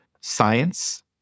science